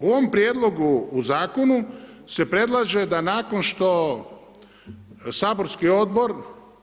U ovom prijedlogu u zakonu se predlaže da nakon što saborski odbor